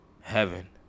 heaven